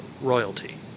royalty